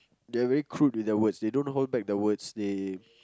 they're very crude with their words they don't hold back their words they